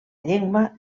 llengua